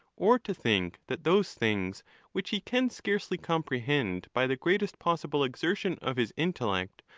or to think that those things which he can scarcely comprehend by the greatest possible exertion of his intellect,